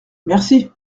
merci